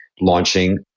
launching